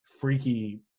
freaky